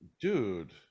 dude